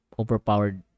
overpowered